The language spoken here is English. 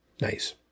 Nice